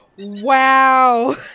Wow